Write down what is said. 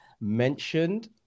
mentioned